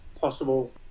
possible